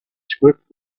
script